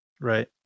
Right